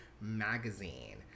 magazine